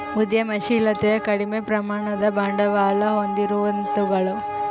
ಉದ್ಯಮಶಿಲತೆಯು ಕಡಿಮೆ ಪ್ರಮಾಣದ ಬಂಡವಾಳ ಹೊಂದಿರುವಂತವುಗಳು